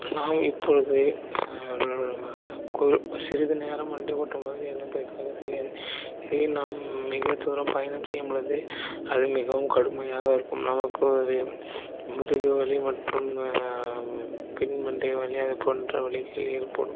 நான் இப்பொழுது கு சிறிது நேரம் வண்டி ஓட்டும்போது ஏதுவும் தெரியாது இதுவே நாம் மிக தூரம் பயணம் செய்யும் பொழுது அது மிகவும் கடுமையாக இருக்கும் முதுகு வலி மற்றும் பின் மண்டை வலி அதுபோன்ற வலிகள் ஏற்படும்